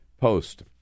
Post